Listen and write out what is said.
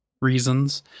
reasons